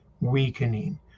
weakening